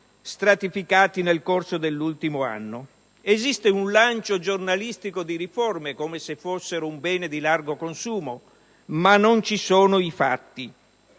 stratificati nel corso dell'ultimo anno. Esiste un lancio giornalistico di riforme, come se queste fossero un bene di largo consumo, ma non ci sono i fatti.